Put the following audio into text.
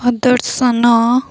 ପ୍ରଦର୍ଶନ